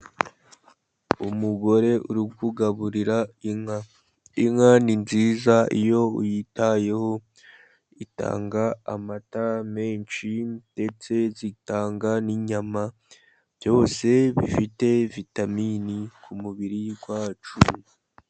Umugore uri kugaburira inka, inka ni nziza, iyo uyitayeho itanga amata menshi, ndetse zitanga n'inyama, byose bifite vitaminini ku mubiri wacu.